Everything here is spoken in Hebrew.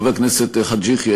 חבר הכנסת חאג' יחיא,